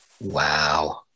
Wow